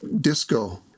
disco